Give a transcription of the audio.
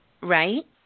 right